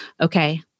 okay